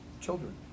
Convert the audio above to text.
children